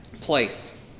place